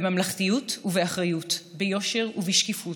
בממלכתיות ובאחריות, ביושר ובשקיפות,